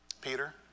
Peter